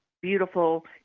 beautiful